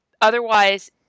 Otherwise